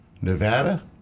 Nevada